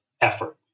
effort